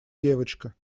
девочка